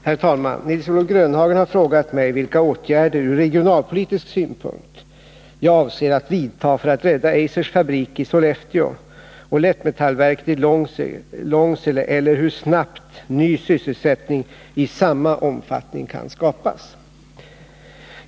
Herr talman! Nils-Olof Grönhagen har frågat mig vilka åtgärder ur regionalpolitisk synpunkt jag avser att vidta för att rädda Eisers fabrik i Sollefteå och Lättmetallverket i Långsele eller hur snabbt ny sysselsättning i samma omfattning kan skapas.